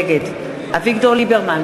נגד אביגדור ליברמן,